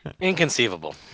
Inconceivable